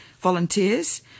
Volunteers